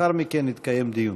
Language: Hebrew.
לאחר מכן יתקיים דיון.